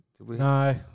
No